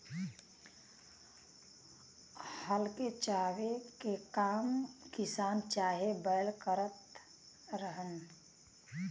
हल के चलावे के काम किसान चाहे बैल करत रहलन